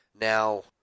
Now